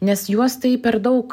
nes juos tai per daug